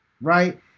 right